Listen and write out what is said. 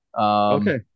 okay